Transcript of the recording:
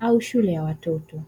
au shule ya watoto.